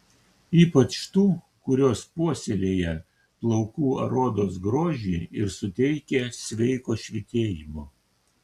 ypač tų kurios puoselėja plaukų ar odos grožį ir suteikia sveiko švytėjimo